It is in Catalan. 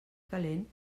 calent